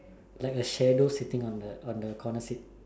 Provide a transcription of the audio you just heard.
like a shadow sitting on the corner seat